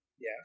yes